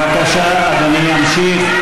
בבקשה, אדוני ימשיך.